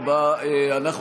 נגד, 64. אין נמנעים.